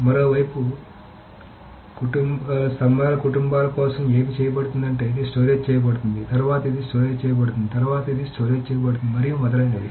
మరోవైపు స్తంభాల కుటుంబాల కోసం ఏమి చేయబడుతుందంటే ఇది స్టోరేజ్ చేయబడుతుంది తర్వాత ఇది స్టోరేజ్ చేయబడుతుంది తర్వాత ఇది స్టోరేజ్ చేయబడుతుంది మరియు మొదలైనవి